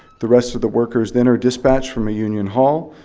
the rest of the workers then are dispatched from a union hall,